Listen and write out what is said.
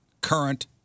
current